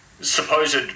supposed